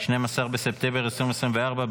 12 בספטמבר 2024,